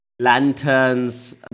lanterns